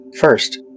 First